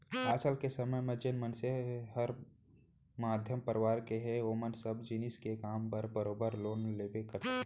आज के समे म जेन मनसे हर मध्यम परवार के हे ओमन सब जिनिस के काम बर बरोबर लोन लेबे करथे